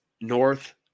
North